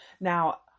now